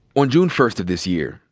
on june first of this year,